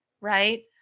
right